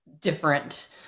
different